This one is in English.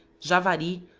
javari,